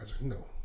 no